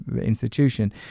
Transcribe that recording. institution